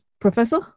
Professor